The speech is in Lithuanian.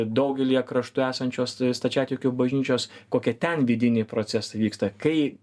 daugelyje kraštų esančios stačiatikių bažnyčios kokie ten vidiniai procesai vyksta kai